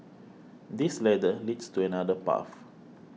this ladder leads to another path